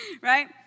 Right